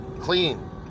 clean